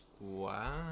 Wow